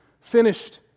finished